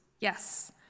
Yes